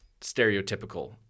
stereotypical